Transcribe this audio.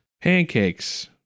Pancakes